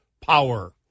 power